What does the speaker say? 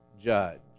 judge